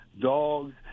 dogs